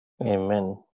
Amen